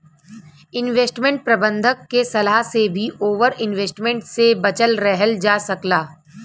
investment प्रबंधक के सलाह से भी ओवर इन्वेस्टमेंट से बचल रहल जा सकला